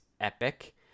epic